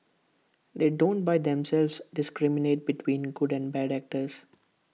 they don't by themselves discriminate between good and bad actors